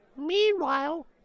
Meanwhile